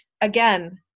again